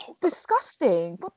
disgusting